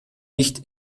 nicht